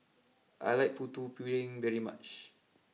I like Putu Piring very much